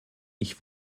ich